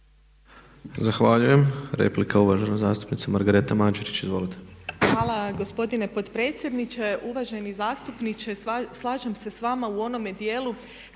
Zahvaljujem. Replika uvažena zastupnica Margareta Mađerić. Izvolite. **Mađerić, Margareta (HDZ)** Hvala gospodine potpredsjedniče. Uvaženi zastupniče, slažem se s vama u onome dijelu